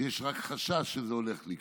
כשיש רק חשש שזה הולך לקרות.